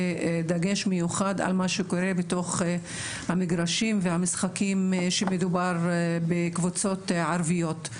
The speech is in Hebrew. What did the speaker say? ודגש מיוחד על מה שקורה בתוך המגרשים והמשחקים שמדובר בקבוצות ערביות.